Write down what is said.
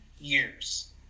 years